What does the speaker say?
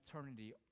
eternity